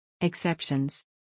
Exceptions